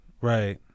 Right